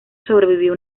sobrevivió